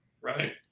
Right